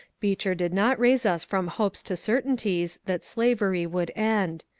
beecher did not raise us from hopes to certain ties that slavery would end.